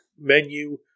menu